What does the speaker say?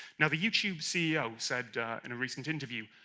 now the youtube ceo said in a recent interview